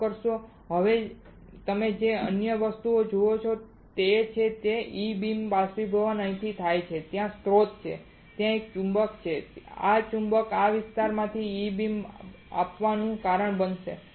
માફ કરશો હવે તમે જે અન્ય વસ્તુઓ જુઓ છો તે એ છે કે E બીમ બાષ્પીભવન અહીંથી થાય છે ત્યાં સ્રોત છે ત્યાં એક ચુંબક છે અને આ ચુંબક આ ચોક્કસ વિસ્તારમાંથી E બીમ આવવાનું કારણ બનશે